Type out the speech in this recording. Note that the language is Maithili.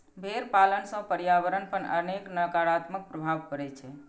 भेड़ पालन सं पर्यावरण पर अनेक नकारात्मक प्रभाव पड़ै छै